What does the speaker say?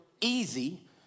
easy